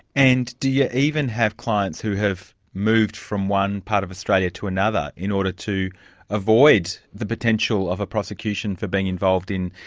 and do you yeah even have clients who have moved from one part of australia to another in order to avoid the potential of a prosecution for being involved in,